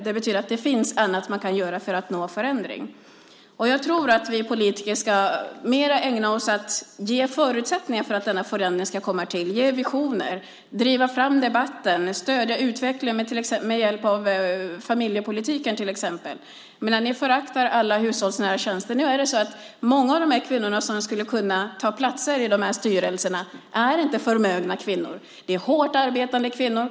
Det betyder att det finns annat man kan göra för att nå förändring. Jag tror att vi politiker ska ägna oss mer åt att skapa förutsättningar för att denna förändring ska komma, ge visioner, driva fram debatten och stödja utvecklingen med hjälp av till exempel familjepolitiken. Ni föraktar alla hushållsnära tjänster. Nu är det så att många av de kvinnor som skulle kunna ta platser i styrelserna inte är förmögna. De är hårt arbetande kvinnor.